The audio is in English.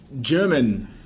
German